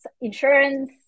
insurance